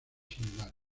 similares